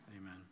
Amen